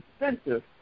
expensive